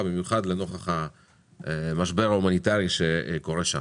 במיוחד לנוכח המשבר ההומניטרי שקורה שם.